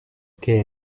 que